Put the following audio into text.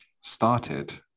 started